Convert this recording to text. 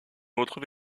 retrouve